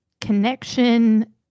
connection